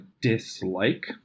dislike